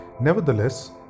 Nevertheless